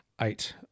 eight